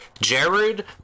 Jared